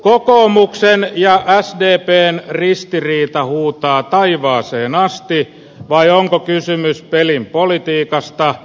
kokoomuksen ja sdpn ristiriita huutaa taivaaseen asti vai onko kysymys pelin politiikasta